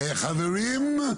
חברים,